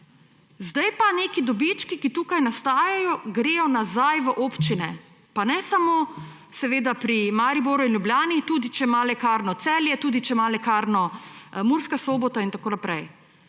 Zdaj pa neki dobički, ki tukaj nastajajo, gredo nazaj v občine. Pa ne samo pri Mariboru in Ljubljani, tudi če ima dobiček Lekarna Celje, tudi če ga ima Lekarna Murska Sobota in tako naprej.